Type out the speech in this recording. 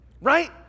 right